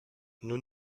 nous